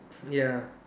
ya